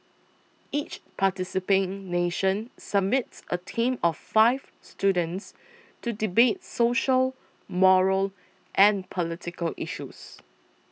each participating nation submits a team of five students to debate social moral and political issues